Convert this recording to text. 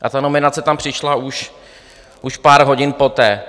A ta nominace tam přišla už pár hodin poté.